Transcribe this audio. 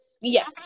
Yes